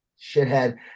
shithead